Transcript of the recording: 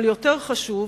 אבל יותר חשוב,